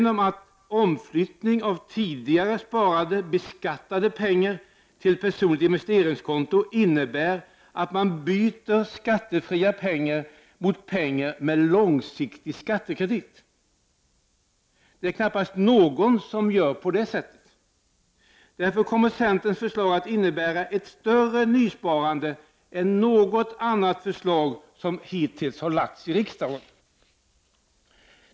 Omflyttning av tidigare sparade beskattade pengar till personligt investeringskonto innebär att man byter skattefria pengar mot pengar med långsiktig skattekredit. Det är knappast någon som gör på det sättet. Därför kommer centerns förslag att innebära ett större nysparande än något annat förslag som hittills har lagts fram i riksdagen.